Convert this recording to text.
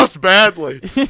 badly